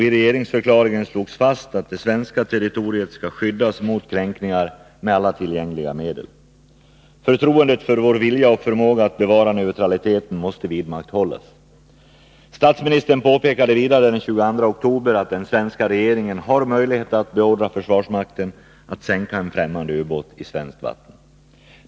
I regeringsförklaringen slogs fast att det svenska territoriet skall skyddas mot kränkningar med alla tillgängliga medel. Förtroendet för vår vilja och förmåga att bevara neutraliteten måste vidmakthållas. Statsministern påpekade vidare den 22 oktober att den svenska regeringen har möjlighet att beordra försvarsmakten att sänka en främmande ubåt i svenskt vatten.